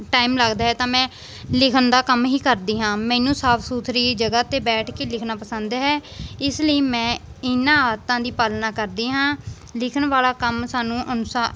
time ਲੱਗਦਾ ਹੈ ਤਾਂ ਮੈਂ ਲਿਖਣ ਦਾ ਕੰਮ ਹੀ ਕਰਦੀ ਹਾਂ ਮੈਨੂੰ ਸਾਫ ਸੁਥਰੀ ਜਗ੍ਹਾ 'ਤੇ ਬੈਠ ਕੇ ਲਿਖਣਾ ਪਸੰਦ ਹੈ ਇਸ ਲਈ ਮੈਂ ਇਹਨਾਂ ਆਦਤਾਂ ਦੀ ਪਾਲਣਾ ਕਰਦੀ ਹਾਂ ਲਿਖਣ ਵਾਲਾ ਕੰਮ ਸਾਨੂੰ ਅਨੁਸਾਰ